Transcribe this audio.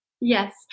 Yes